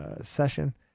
session